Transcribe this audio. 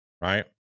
right